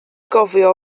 gofio